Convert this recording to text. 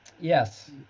Yes